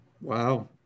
Wow